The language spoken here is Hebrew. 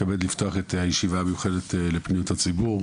אני מתכבד לפתוח את הוועדה המיוחדת לפניות הציבור